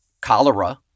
cholera